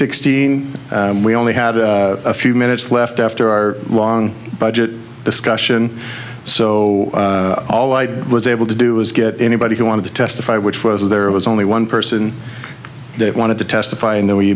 sixteen we only had a few minutes left after our long budget discussion so all i was able to do was get anybody who wanted to testify which was there was only one person that wanted to testify in the way you